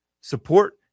Support